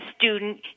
student